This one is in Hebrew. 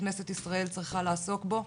שכנסת ישראל צריכה לעסוק בו,